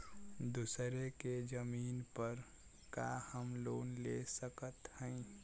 दूसरे के जमीन पर का हम लोन ले सकत हई?